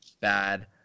bad